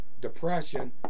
depression